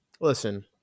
listen